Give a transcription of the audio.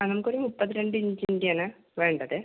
ആ നമുക്ക് ഒരു മുപ്പത്തിരണ്ട് ഇഞ്ചിൻ്റ ആണ് വേണ്ടത്